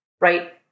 right